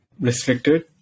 restricted